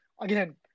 again